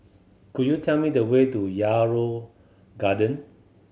could you tell me the way to Yarrow Garden